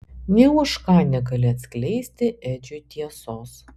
nė už ką negali atskleisti edžiui tiesos